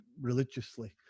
religiously